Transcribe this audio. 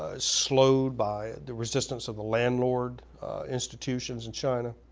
ah slowed by the resistance of the landlord institutions in china.